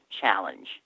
challenge